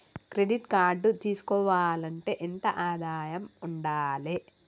Credit card తీసుకోవాలంటే ఎంత ఆదాయం ఉండాలే?